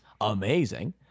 amazing